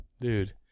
dude